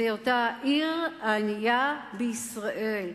את היותה העיר הענייה בישראל,